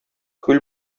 күл